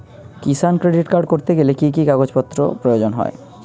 কিষান credit card করতে গেলে কি কি কাগজ প্রয়োজন হয়?